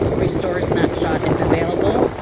restores snapshot if available,